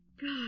God